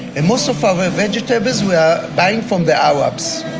and most of our vegetables we are buying from the arabs.